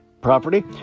property